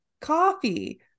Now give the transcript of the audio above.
coffee